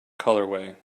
colorway